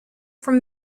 from